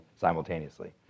Simultaneously